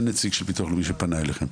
אין נציג של הביטוח הלאומי שפנה אליכם?